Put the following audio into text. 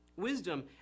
wisdom